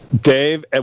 Dave